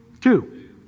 Two